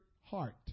heart